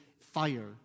fire